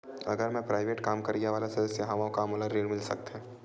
अगर मैं प्राइवेट काम करइया वाला सदस्य हावव का मोला ऋण मिल सकथे?